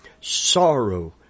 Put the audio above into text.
sorrow